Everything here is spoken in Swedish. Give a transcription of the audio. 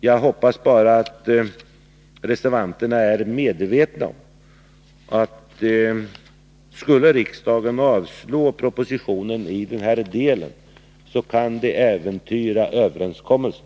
Jag hoppas bara att reservanterna är medvetna om, att om riksdagen skulle avslå propositionen i denna del kan det äventyra överenskommelsen.